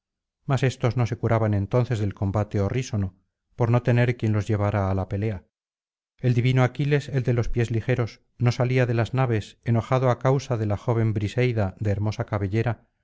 mas éstos no se curaban entonces del combate horrísono por no tener quien los llevara á la pelea el divino aquiles el de los pies ligeros no salía de las naves enojado á causa de la joven briseida de hermosa cabellera